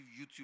YouTube